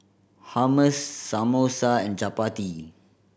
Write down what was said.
Hummus Samosa and Chapati